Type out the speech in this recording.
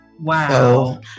wow